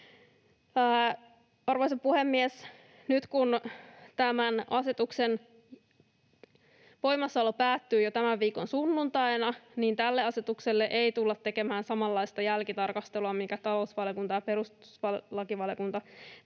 Arvoisa puhemies! Nyt kun tämän asetuksen voimassaolo päättyy jo tämän viikon sunnuntaina, niin tälle asetukselle ei tulla tekemään samanlaista jälkitarkastelua, minkä talousvaliokunta ja perustuslakivaliokunta